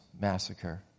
Massacre